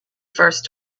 first